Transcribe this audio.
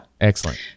Excellent